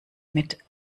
mit